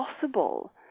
possible